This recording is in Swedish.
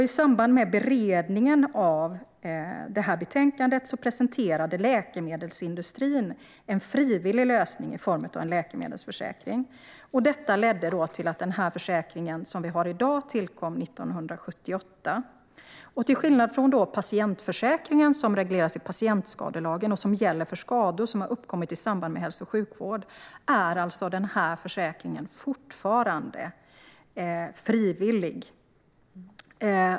I samband med beredningen av betänkandet presenterade läkemedelsindustrin en frivillig lösning i form av en läkemedelsförsäkring. Detta ledde till att den försäkring som vi har i dag tillkom 1978. Till skillnad från patientförsäkringen, som regleras i patientskadelagen och som gäller för skador som har uppkommit i samband med hälso och sjukvård, är alltså den här försäkringen fortfarande frivillig.